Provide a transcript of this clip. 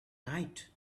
night